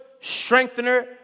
strengthener